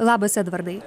labas edvardai